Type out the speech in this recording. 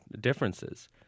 differences